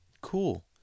Cool